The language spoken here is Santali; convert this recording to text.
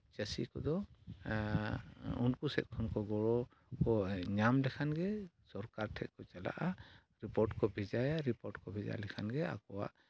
ᱪᱟᱹᱥᱤ ᱠᱚᱫᱚ ᱩᱱᱠᱩ ᱥᱮᱫ ᱠᱷᱚᱱ ᱠᱚ ᱜᱚᱲᱚ ᱠᱚ ᱧᱟᱢ ᱞᱮᱠᱷᱟᱱ ᱜᱮ ᱥᱚᱨᱠᱟᱨ ᱴᱷᱮᱱ ᱠᱚ ᱪᱟᱞᱟᱜᱼᱟ ᱨᱤᱯᱳᱴ ᱠᱚ ᱵᱷᱮᱡᱟᱭᱟ ᱨᱤᱯᱳᱴ ᱠᱚ ᱵᱷᱮᱡᱟ ᱞᱮᱠᱷᱟᱱ ᱜᱮ ᱟᱠᱚᱣᱟᱜ